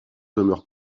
demeure